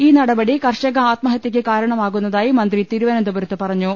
ഈ നടപടി കർഷക ആത്മ ഹത്യയ്ക്ക് കാരണമാകുന്നതായി മന്ത്രി തിരുവനന്തപുരത്ത് പറഞ്ഞു